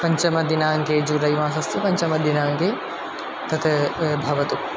पञ्चमदिनाङ्के जुलै मासस्य पञ्चमदिनाङ्के तत् भवतु